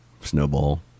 Snowball